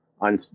on